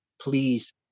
please